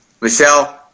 michelle